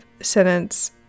sentence